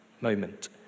moment